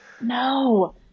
no